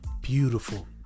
beautiful